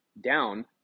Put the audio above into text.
down